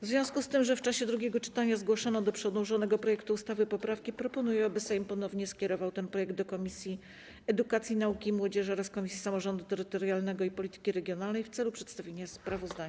W związku z tym, że w czasie drugiego czytania zgłoszono do przedłożonego projektu ustawy poprawki, proponuję, aby Sejm ponownie skierował ten projekt do Komisji Edukacji, Nauki i Młodzieży oraz Komisji Samorządu Terytorialnego i Polityki Regionalnej w celu przedstawienia sprawozdania.